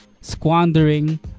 squandering